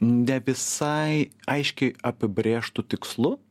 ne visai aiškiai apibrėžtu tikslu